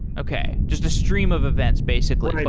okay. just a stream of events, basically.